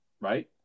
Right